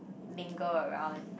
mingle around